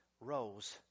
rose